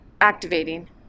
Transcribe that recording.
activating